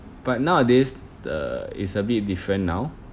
but nowadays the it's a bit different now